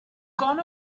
gone